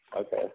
Okay